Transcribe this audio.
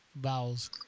vowels